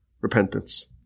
repentance